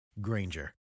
Granger